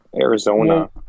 Arizona